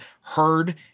heard